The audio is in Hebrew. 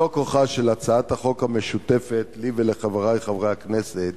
זה כוחה של הצעת החוק המשותפת לי ולחברי חברי הכנסת,